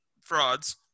frauds